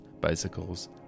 bicycles